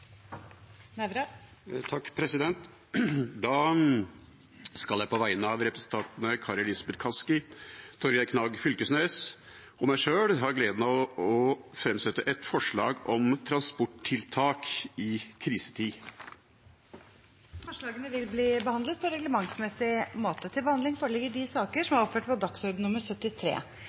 Nævra vil fremsette et representantforslag. Jeg har på vegne av representantene Kari Elisabeth Kaski, Torgeir Knag Fylkesnes og meg sjøl gleden av å framsette et forslag om transporttiltak i krisetid. Forslagene vil bli behandlet på reglementsmessig måte. Før sakene på dagens kart tas opp til behandling,